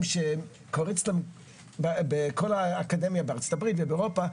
שקורץ להם בכל האקדמיה בארצות הברית ובאירופה.